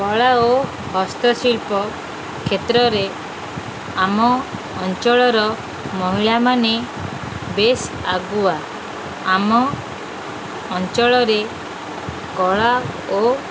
କଳା ଓ ହସ୍ତଶିଳ୍ପ କ୍ଷେତ୍ରରେ ଆମ ଅଞ୍ଚଳର ମହିଳାମାନେ ବେଶ୍ ଆଗୁଆ ଆମ ଅଞ୍ଚଳରେ କଳା ଓ